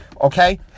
Okay